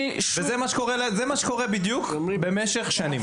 וזה בדיוק מה שקורה כבר במשך שנים.